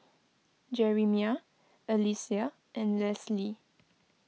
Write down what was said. Jerimiah Alysia and Lesley